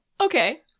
Okay